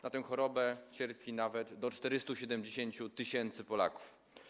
Na tę chorobę cierpi nawet do 470 tys. Polaków.